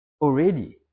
already